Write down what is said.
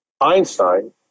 Einstein